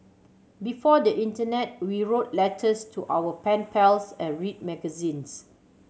before the internet we wrote letters to our pen pals and read magazines